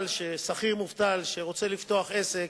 שכיר מובטל שרוצה לפתוח עסק,